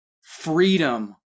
freedom